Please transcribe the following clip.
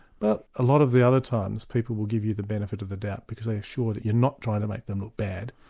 but a lot of the other times, people will give you the benefit of the doubt, because they are sure that you're not trying to make them look bad,